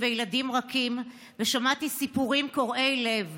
וילדים רכים ושמעתי סיפורים קורעי לב